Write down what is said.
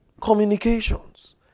communications